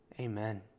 Amen